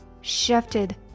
shifted